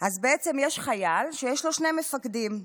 אז בעצם יש חייל שיש לו שני מפקדים.